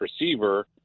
receiver